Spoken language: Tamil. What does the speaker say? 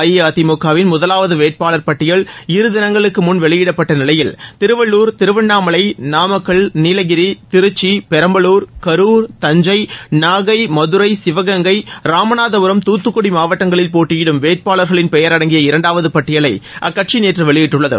அஇஅதிமுகவின் முதலாவது வேட்பாளர் பட்டியல் இருதினங்களுக்கு முன் வெளியிடப்பட்ட நிலையில் திருவள்ளூர் திருவண்ணாமலை நாமக்கல் நீலகிரி திருச்சி பெரம்பலூர் கரூர் தஞ்சை நாகை மதுரை சிவகங்கை ராமநாதபுரம் துத்துக்குடி மாவட்டங்களில் போட்டியிடும் வேட்பாளர்களின் பெயர் அடங்கிய இரண்டாவது பட்டியலை அக்கட்சி நேற்று வெளியிட்டுள்ளது